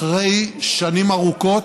אחרי שנים ארוכות,